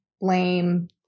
lame